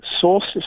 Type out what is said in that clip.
sources